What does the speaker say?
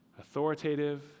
authoritative